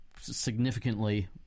significantly